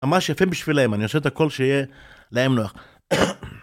ממש יפה בשביליהם, אני עושה את הכל שיהיה להם נוח.